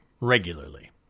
regularly